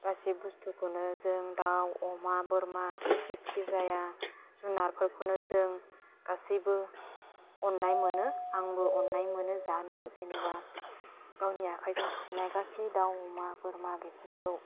गासै बुस्थुखौनो जों दाव अमा बोरमा जेखि जाया जुनारफोरखौनो जों गासैबो अन्नाय मोनो आंबो अन्नाय मोनो जानो जेनेबा गावनि आखाइजों फिसिनाय गासै दाव अमा बोरमा बेफोरखौ